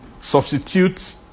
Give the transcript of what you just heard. substitute